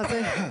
מה זה?